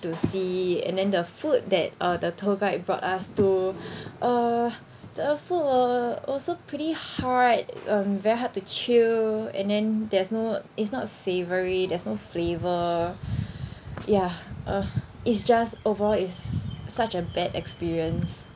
to see and then the food that uh the tour guide brought us to uh the food were also pretty hard um very hard to chew and then there's no it's not savoury there's no flavour yeah ah it's just overall is such a bad experience